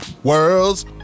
World's